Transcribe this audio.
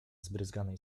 zbryzganej